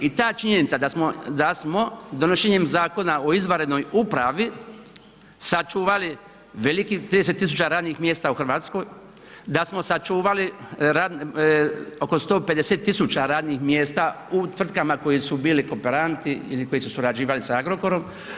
I ta činjenica da smo donošenjem Zakona o izvanrednoj upravi sačuvali velikih 30.000 radnih mjesta u Hrvatskoj, da smo sačuvali oko 150.000 radnih mjesta u tvrtkama koji su bili kooperanti ili koji su surađivali s Agrokorom.